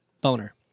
Boner